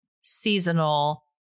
seasonal